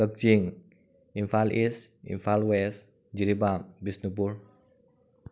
Kakching Imphal east Imphal west Jiribam Bishnupur